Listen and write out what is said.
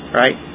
right